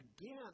again